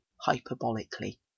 hyperbolically